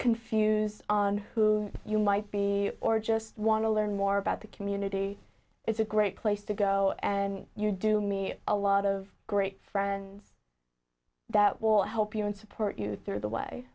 confused on who you might be or just want to learn more about the community it's a great place to go and you do me a lot of great friends that will help you and support you through the way